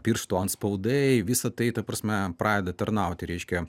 pirštų atspaudai visa tai ta prasme pradeda tarnauti reiškia